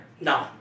No